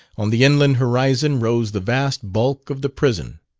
on the inland horizon rose the vast bulk of the prison.